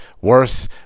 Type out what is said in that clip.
worse